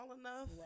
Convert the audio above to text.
enough